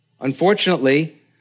Unfortunately